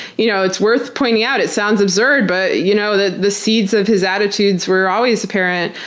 you know it's worth pointing out. it sounds absurd, but you know the the seeds of his attitudes were always apparent.